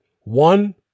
One